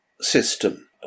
system